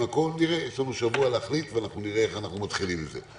יש לנו שבוע להחליט ואנחנו נראה איך אנחנו מתחילים עם זה.